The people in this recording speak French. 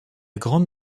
grande